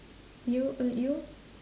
you uh you